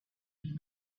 and